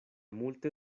multe